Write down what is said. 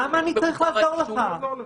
למה אני צריך לעזור לך?